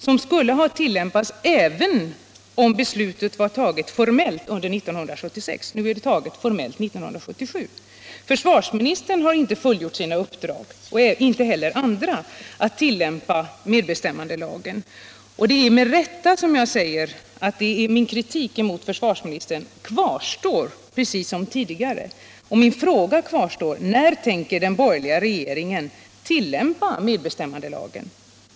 De skulle ha tillämpats även om beslutet var taget formellt under 1976; Nu är det formella beslutet fattat 1977. Försvarsministern har sålunda inte fullgjort sin skyldighet när det gällt att tillämpa medbestämmandelagen — och där är han inte ensam i den borgerliga regeringen, tyvärr. Därför kvarstår min kritik mot försvarsministern. Och även min fråga kvarstår: När tänker den borgerliga regeringen börja tillämpa medbestämmandelagen?